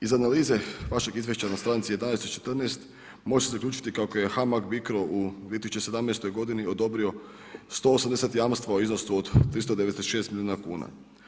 Iz analize vašeg izvještaja na stranici 11. i 14. može se zaključiti kako je Hamag Bicro u 2017. godini odobrio 180 jamstava u iznosu od 396 milijuna kuna.